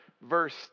verse